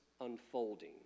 unfolding